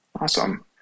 Awesome